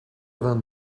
vingt